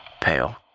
Pale